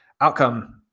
outcome